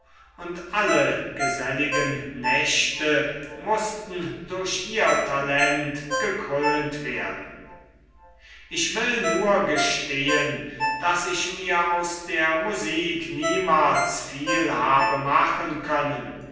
und alle geselligen nächte mußten durch ihr talent gekrönt werden ich will nur gestehen daß ich mir aus der musik niemals viel habe machen können